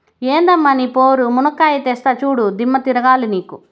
ఎందమ్మ నీ పోరు, మునక్కాయా తెస్తా చూడు, దిమ్మ తిరగాల నీకు